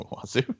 Wazoo